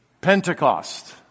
Pentecost